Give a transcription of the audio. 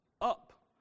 up